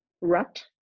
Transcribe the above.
rut